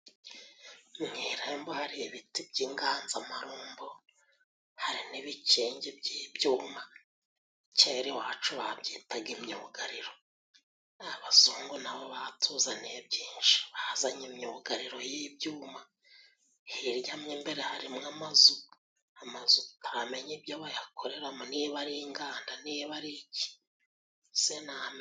Mu irembo hari ibiti by'inganzamarumbo, hari n'ibikingi by'ibyuma kera iwacu babyitaga imyugariro. Abazungu nabo batuzaniye byinshi. Bazanye imyugariro y'ibyuma hirya mo imbere harimo amazu, amazu utamenya ibyo bayakoreramo. Niba ari inganda, niba ari iki sinamenya!